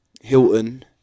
Hilton